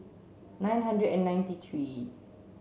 nine hundred and ninety three